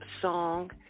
song